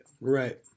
Right